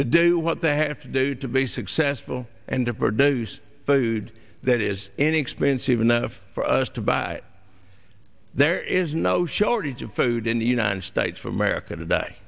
to do what they have to do to basic sasseville and to produce food that is inexpensive enough for us to buy there is no shortage of food in the united states for america to